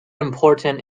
important